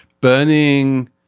Burning